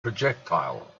projectile